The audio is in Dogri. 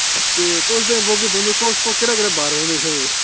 ते किस दिन बोह्गे तुस किस केह्ड़ा केह्ड़ बार ओ बेही सकदे